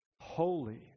holy